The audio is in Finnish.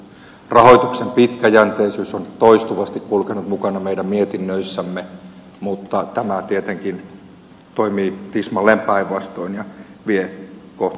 rahoituksen pitkäjänteisyys on toistuvasti kulkenut mukana meidän mietinnöissämme mutta tämä tietenkin toimii tismalleen päinvastoin ja vie kohti vastakkaista suuntaa